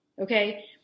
Okay